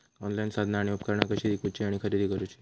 Online साधना आणि उपकरणा कशी ईकूची आणि खरेदी करुची?